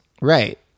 Right